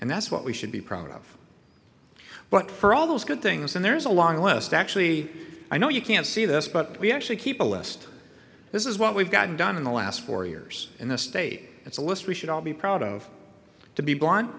and that's what we should be proud of but for all those good things and there's a long list actually i know you can't see this but we actually keep a list this is what we've gotten done in the last four years in this state it's a list we should all be proud of to be bl